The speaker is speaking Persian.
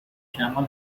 کمان